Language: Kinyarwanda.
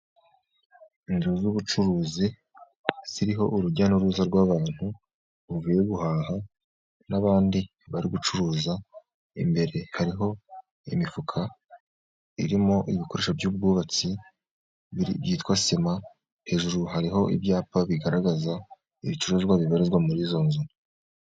Inzu z'ubucuruzi ziriho urujya n'uruza rw'abantu buvuye guhaha, n'abandi bari gucuruza, imbere hariho imifuka irimo ibikoresho by'ubwubatsi byitwa sima ,hejuru hariho ibyapa bigaragaza ibicuruzwa bibarizwa muri izo nzu.